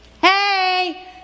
Hey